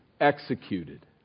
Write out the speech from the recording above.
executed